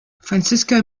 francisco